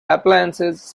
appliances